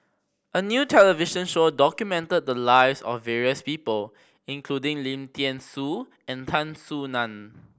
a new television show documented the lives of various people including Lim Thean Soo and Tan Soo Nan